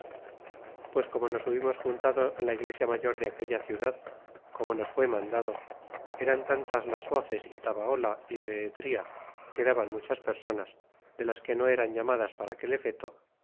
pues como nos hubimos juntado en la iglesia mayor de aquella ciudad como nos fue mandado eran tantas las voces y tabaola y behetria que daban muchas personas de las que no eran llamadas para aquel efeto